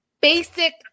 Basic